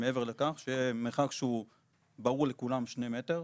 מעבר לכך, שיהיה מרחק שהוא ברור לכולם, שני מטרים,